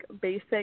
basic